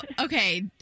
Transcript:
okay